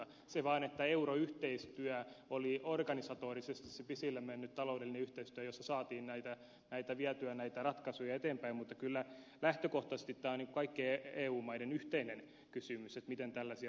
se vain että euroyhteistyö oli organisatorisesti se pisimmälle mennyt taloudellinen yhteistyö jossa saatiin vietyä näitä ratkaisuja eteenpäin mutta kyllä lähtökohtaisesti tämä on kaikkien eu maiden yhteinen kysymys että miten tällaisia rahoituskriisejä ratkaistaan